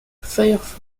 firefox